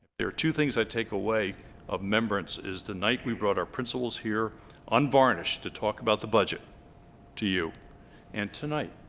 there are two things i take away of remembrance is the night we brought our principals here unvarnished to talk about the budget to you and tonight